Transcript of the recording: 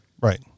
Right